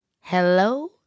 Hello